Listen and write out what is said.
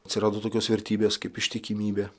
atsirado tokios vertybės kaip ištikimybė